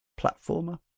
platformer